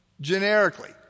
generically